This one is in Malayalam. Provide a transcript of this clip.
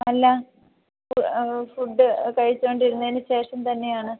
അല്ല ഫുഡ് കഴിച്ചുകൊണ്ടിരുന്നതിന് ശേഷം തന്നെയാണ്